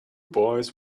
boys